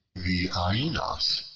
the ainos,